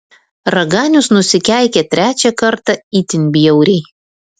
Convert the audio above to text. raganius nusikeikė trečią kartą itin bjauriai